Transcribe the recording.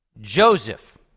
Joseph